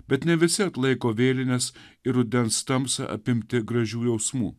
bet ne visi atlaiko vėlines ir rudens tamsą apimti gražių jausmų